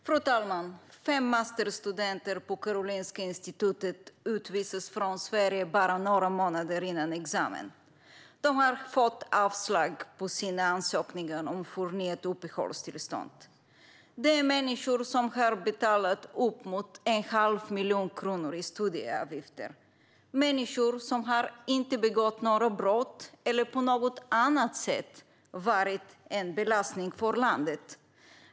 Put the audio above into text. Fru talman! Fem masterstudenter på Karolinska Institutet utvisas från Sverige bara några månader före examen. De har fått avslag på sina ansökningar om förnyat uppehållstillstånd. Detta är människor som har betalat uppemot en halv miljon kronor i studieavgifter - människor som inte har begått några brott eller på något annat sätt varit en belastning för landet.